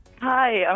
Hi